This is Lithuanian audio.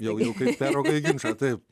jau jau kai peraugą į ginčą taip